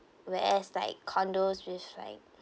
whereas like condos with like